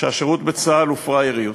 שהשירות בצה"ל הוא פראייריות.